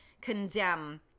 condemn